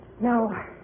No